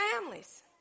families